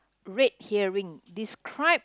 red herring describe